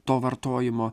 to vartojimo